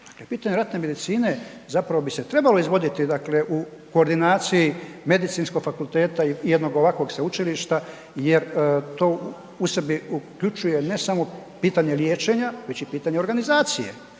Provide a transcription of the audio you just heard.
Pitanje ratne medicine zapravo bi se trebalo izvoditi u koordinaciji medicinskog fakulteta i jednog ovakvog sveučilišta jer to u sebi uključuje, ne samo pitanje liječenja, već i pitanje organizacije